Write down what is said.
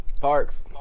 Parks